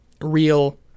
real